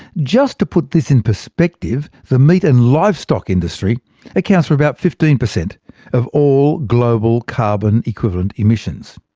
just to put this in perspective, the meat and livestock industry accounts for about fifteen per cent of all global carbon equivalent emissions.